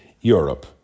Europe